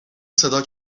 صدا